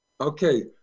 Okay